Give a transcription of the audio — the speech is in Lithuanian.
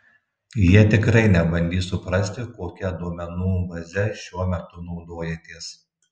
jie tikrai nebandys suprasti kokia duomenų baze šiuo metu naudojatės